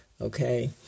Okay